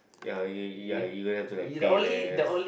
ya ya you have to like pay less